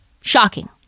Shocking